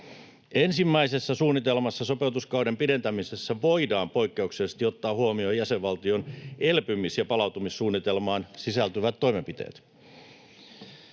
Ensimmäisessä suunnitelmassa sopeutuskauden pidentämisessä voidaan poikkeuksellisesti ottaa huomioon jäsenvaltion elpymis- ja palautumissuunnitelmaan sisältyvät toimenpiteet.